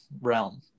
realm